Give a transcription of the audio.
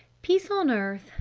peace on earth,